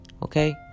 Okay